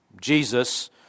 Jesus